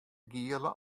giele